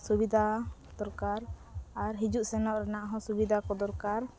ᱥᱩᱵᱤᱫᱷᱟ ᱫᱚᱨᱠᱟᱨ ᱟᱨ ᱦᱤᱡᱩᱜᱼᱥᱮᱱᱚᱜ ᱨᱮᱱᱟᱜᱦᱚᱸ ᱥᱩᱵᱤᱫᱷᱟ ᱠᱚ ᱫᱚᱨᱠᱟᱨ